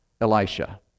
Elisha